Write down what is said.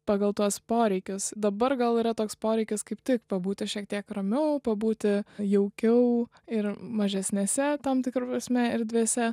pagal tuos poreikius dabar gal yra toks poreikis kaip tik pabūti šiek tiek ramiau pabūti jaukiau ir mažesnėse tam tikra prasme erdvėse